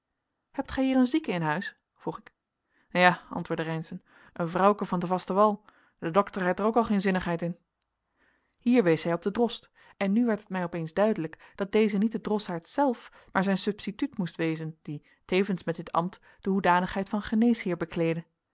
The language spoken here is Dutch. hebt gij hier een zieke in huis vroeg ik ja antwoordde reynszen een vrouwken van den vasten wal de dokter heit er ook al geen zinnigheid in hier wees hij op den drost en nu werd het mij opeens duidelijk dat deze niet de drossaard zelf maar zijn substituut moest wezen die tevens met dit ambt de hoedanigheid van geneesheer bekleedde